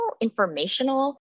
informational